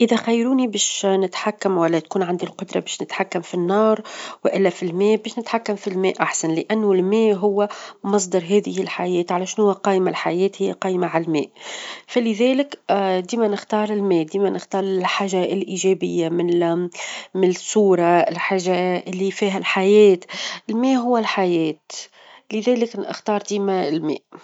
إذا خيروني باش نتحكم، ولا تكون عندي القدرة باش نتحكم في النار، والا في الماء، باش نتحكم في الماء أحسن؛ لأنه الماء هو مصدر هذه الحياة، على شنوا قايمة الحياة؟ هي قايمة على الماء؛ فلذلك ديما نختار الماء، ديما نختار الحاجة الإيجابية -من- من الصورة الحاجة اللي فيها الحياة، الماء هو الحياة؛ لذلك نختار ديما الماء.